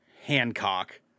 Hancock